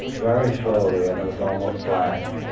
very slowly and it was almost black